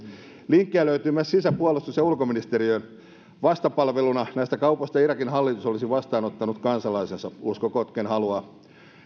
linkkejä löytyi myös sisä puolustus ja ulkoministeriöön vastapalveluna näistä kaupoista irakin hallitus olisi vastaanottanut kansalaisensa uskokoon ken haluaa